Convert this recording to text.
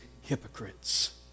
hypocrites